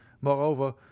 moreover